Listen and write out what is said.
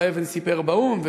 שסיפר באו"ם,